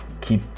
keep